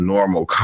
Normal